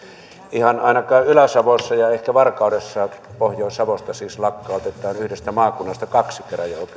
ihan ainakin ylä savossa ja ehkä varkaudessa pohjois savosta siis lakkautetaan yhdestä maakunnasta kaksi käräjäoikeuden